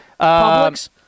Publix